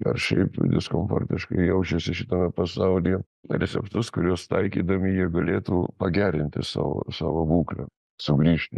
ar šiaip diskomfortiškai jaučiasi šitame pasaulyje receptus kuriuos taikydami jie galėtų pagerinti savo savo būklę sugrįžti